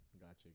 gotcha